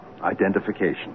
Identification